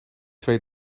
twee